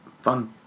fun